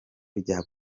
rya